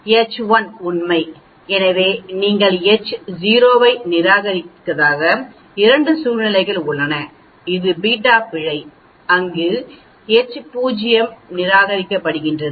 H 1 உண்மை எனவே நீங்கள் H0 ஐ நிராகரிக்காத 2 சூழ்நிலைகள் உள்ளன இது பீட்டா பிழை அங்கு நீங்கள் H0 ஐ நிராகரிக்கிறீர்கள்